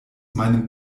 meinem